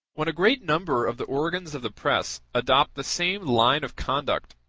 when a great number of the organs of the press adopt the same line of conduct,